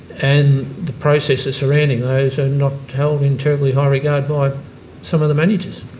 and the processes surrounding those are not held in terribly high regard by some of the managers.